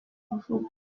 kuvugwa